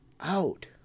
out